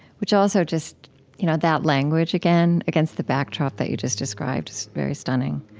which also just you know that language again against the backdrop that you just described is very stunning.